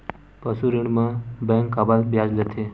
पशु ऋण म बैंक काबर ब्याज लेथे?